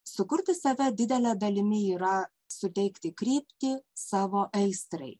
sukurti save didele dalimi yra suteikti kryptį savo aistrai